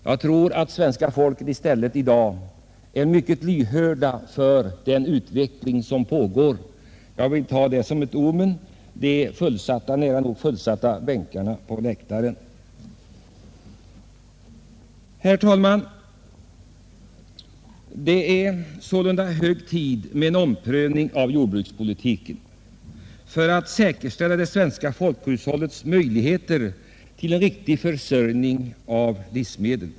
Jag tror att svenska folket i dag är mycket lyhört för den utveckling som pågår, och jag tar de nära nog fullsatta bänkarna på läktaren som ett omen. Herr talman! Det är således hög tid för en omprövning av jordbrukspolitiken för att säkerställa det svenska folkhushållets möjligheter till en riktig försörjning av livsmedel.